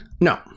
no